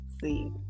see